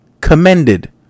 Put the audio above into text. commended